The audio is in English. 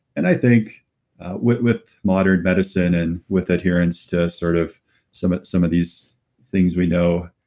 and i think with with modern medicine and with adherence to sort of some some of these things we know,